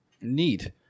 neat